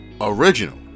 original